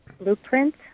Blueprint